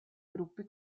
gruppi